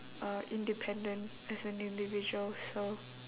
uh independent as an individual so